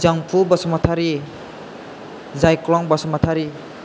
Janphu Basumatary Jaikhlong Basumatary